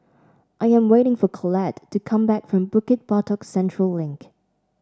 I am waiting for Colette to come back from Bukit Batok Central Link